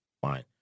fine